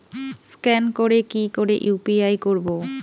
Scan করে কি করে ইউ.পি.আই করবো?